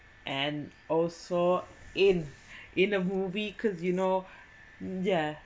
and also in in a movie because you know yeah